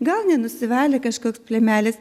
gal nenusivalė kažkoks plėmelis